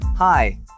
Hi